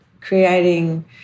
creating